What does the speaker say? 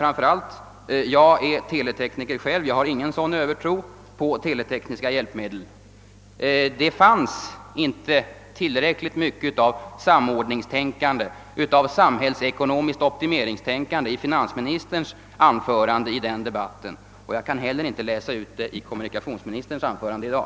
Jag är själv teletekniker, men jag har ingen sådan övertro. Det fanns inte tillräckligt mycket av samordningstänkande, av samhällsekonomiskt optimeringstänkande i finansministerns anförande i den debatten, och jag kan in te heller läsa ut något sådant i kommunikationsministerns anförande i dag.